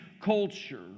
culture